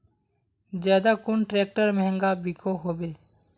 ज्यादा कुन ट्रैक्टर महंगा बिको होबे?